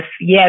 yes